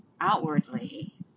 outwardly